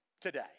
today